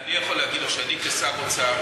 אני יכול להגיד לך שאני כשר אוצר